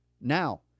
Now